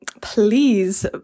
please